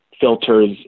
filters